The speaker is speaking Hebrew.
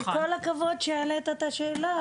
כל הכבוד שהעלית את השאלה,